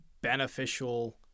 beneficial